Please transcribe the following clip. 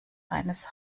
eines